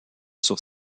sur